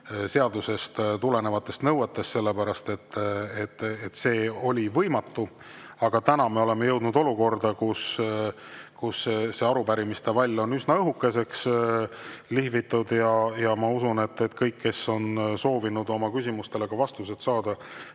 seadusest tulenevatest nõuetest, sest see oli võimatu. Aga tänaseks me oleme jõudnud olukorda, kus see arupärimiste vall on üsna õhukeseks lihvitud. Ma usun, et kõik, kes on soovinud oma küsimustele vastuseid saada,